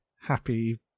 happy